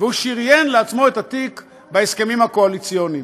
והוא שריין לעצמו את התיק בהסכמים הקואליציוניים.